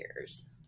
years